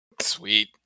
Sweet